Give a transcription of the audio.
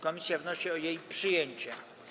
Komisja wnosi o jej przyjęcie.